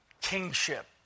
kingship